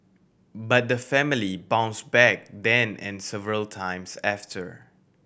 but the family bounce back then and several times after